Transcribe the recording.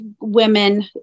women